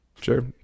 Sure